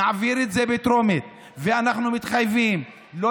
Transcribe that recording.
שנעביר את זה בטרומית ושאנחנו מתחייבים לא